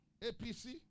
APC